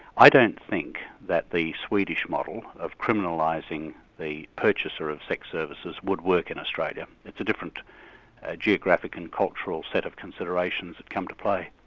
i don't think that the swedish model of criminalising the purchaser of sex services, would work in australia. it's a different ah geographic and cultural set of considerations that come into play.